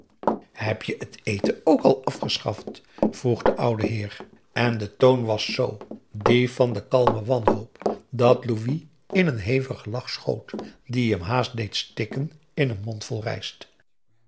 heb je het eten ook al afgeschaft vroeg de oude heer en de toon was z die van de kalme wanhoop dat louis in een hevigen lach schoot die hem haast deed stikken in een mondvol rijst